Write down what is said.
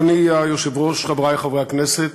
אדוני היושב-ראש, חברי חברי הכנסת,